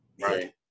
Right